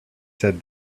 said